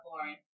Lauren